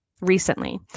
recently